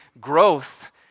growth